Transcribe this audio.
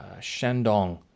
Shandong